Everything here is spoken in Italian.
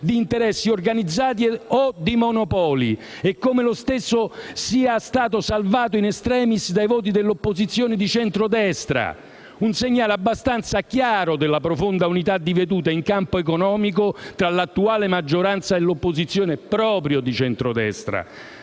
di interessi organizzati o di monopoli», e come lo stesso sia stato salvato *in extremis* dai voti dell'opposizione di centrodestra: un segnale abbastanza chiaro della profonda unità di vedute, in campo economico, tra l'attuale maggioranza e l'opposizione proprio di centrodestra.